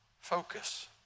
Focus